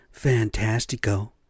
fantastico